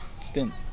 stint